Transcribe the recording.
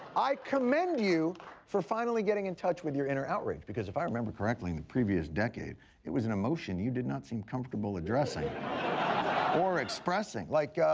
i commend you for finally getting in touch with your inner outrage because if i remember correctly, in the previous decade it was an emotion you didn't seem comfortable addressing or expressing. like,